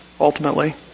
ultimately